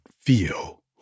feel